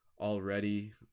already